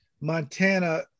Montana